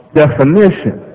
definition